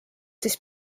siis